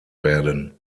werden